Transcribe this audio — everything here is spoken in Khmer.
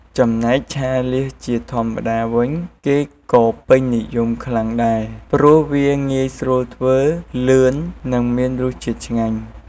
ចំណែកឆាលៀសជាធម្មតាវិញ គេក៏ពេញនិយមខ្លាំងដែរ ព្រោះវាងាយស្រួលធ្វើ លឿន និងមានរសជាតិឆ្ញាញ់។